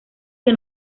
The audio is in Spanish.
que